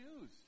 news